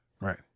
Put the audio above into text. Right